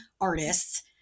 artists